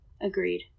Agreed